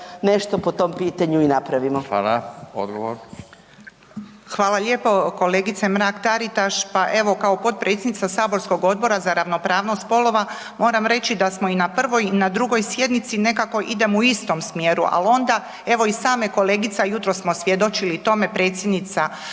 Fala, odgovor. **Juričev-Martinčev, Branka (HDZ)** Hvala lijepo. Kolegice Mrak-Taritaš, pa evo kao potpredsjednica saborskog Odbora za ravnopravnost spolova moram reći da smo i na prvoj i na drugoj sjednici nekako idemo u istom smjeru, al onda evo i same kolegica, jutros smo svjedočili tome, predsjednica